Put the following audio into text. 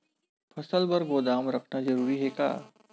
फसल बर गोदाम रखना जरूरी हे का?